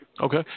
Okay